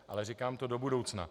Ale říkám to do budoucna.